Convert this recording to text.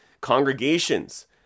congregations